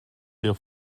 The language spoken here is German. der